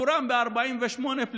מקורם ב-48',